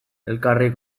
elkarri